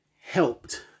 helped